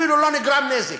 אפילו לא נגרם נזק.